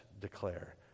declare